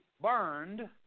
burned